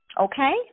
Okay